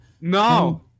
No